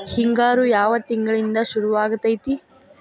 ಹಿಂಗಾರು ಯಾವ ತಿಂಗಳಿನಿಂದ ಶುರುವಾಗತೈತಿ?